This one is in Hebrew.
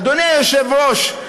אדוני היושב-ראש,